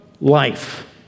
life